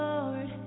Lord